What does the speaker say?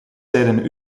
zeiden